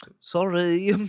Sorry